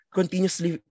continuously